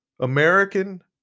American